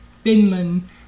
Finland